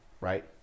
right